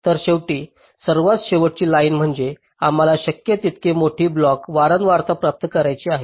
तर शेवटी सर्वात शेवटची लाईन म्हणजे आम्हाला शक्य तितकी मोठी क्लॉक वारंवारता प्राप्त करायची आहे